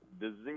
disease